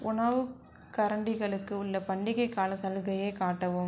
உணவுக்கரண்டிகளுக்கு உள்ள பண்டிகைக்கால சலுகையை காட்டவும்